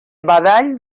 badall